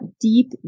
deep